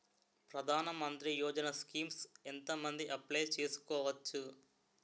ప్రధాన మంత్రి యోజన స్కీమ్స్ ఎంత మంది అప్లయ్ చేసుకోవచ్చు?